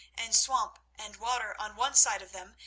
and swamp and water on one side of them,